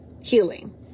healing